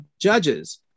Judges